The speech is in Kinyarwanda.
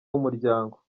w’umuryango